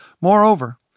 Moreover